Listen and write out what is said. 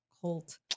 cult